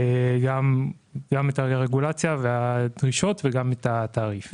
גם את הרגולציה והדרישות וגם את התעריף.